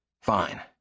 Fine